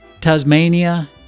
Tasmania